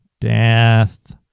death